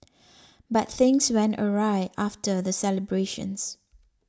but things went awry after the celebrations